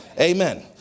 Amen